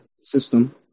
System